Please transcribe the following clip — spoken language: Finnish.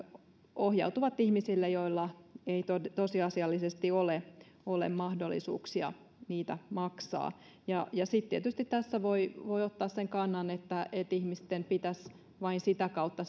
ohjautuvat ihmisille joilla ei tosiasiallisesti ole ole mahdollisuuksia niitä maksaa ja ja sitten tietysti tässä voi voi ottaa sen kannan että ihmisten pitäisi selvitä veloistaan vain sitä kautta